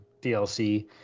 DLC